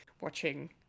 watching